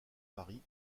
pari